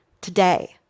today